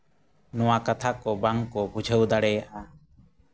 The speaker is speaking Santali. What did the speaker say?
ᱱᱚᱣᱟ ᱠᱟᱛᱷᱟ ᱠᱚ ᱵᱟᱝ ᱠᱚ ᱵᱩᱡᱷᱟᱹᱣ ᱫᱟᱲᱮᱭᱟᱜᱼᱟ